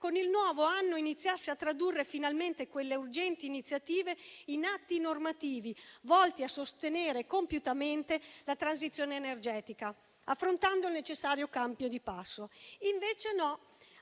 con il nuovo anno iniziasse a tradurre finalmente quelle urgenti iniziative in atti normativi volti a sostenere compiutamente la transizione energetica, affrontando il necessario cambio di passo. Invece no.